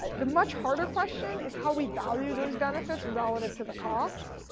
ah the much harder question is how we value those benefits and relative to the cost.